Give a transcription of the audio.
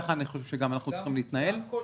כך אני חושב שגם אנחנו צריכים להתנהל -- גם כל